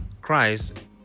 Christ